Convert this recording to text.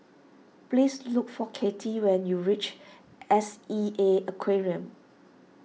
please look for Katie when you reach S E A Aquarium